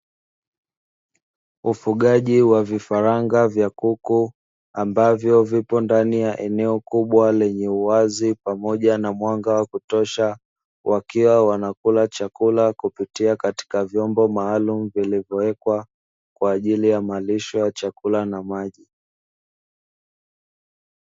Ufugaji wa vifaranga vya kuku ambavyo vipo ndani ya eneo kubwa lenye uwazi pamoja na mwanga wa kutosha, wakiwa wanakula chakula kupitia katika vyombo maalumu vilivyowekwa kwa ajili ya malisho ya chakula na maji.